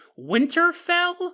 Winterfell